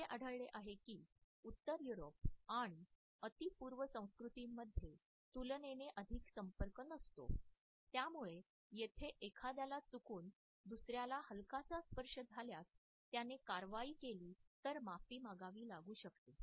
असे आढळले आहे की उत्तर युरोप आणि अति पूर्व संस्कृतींमध्ये तुलनेने अधिक संपर्क नसतो त्यामुळे येथे एखाद्याचा चुकून दुसऱ्याला हलकासा स्पर्श झाल्यास त्याने कारवाई केली तर माफी मागावी लागू शकते